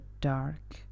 dark